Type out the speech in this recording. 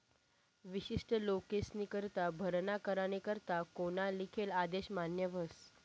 विशिष्ट लोकेस्नीकरता भरणा करानी करता कोना लिखेल आदेश मान्य व्हस